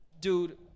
Dude